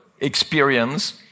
experience